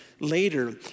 later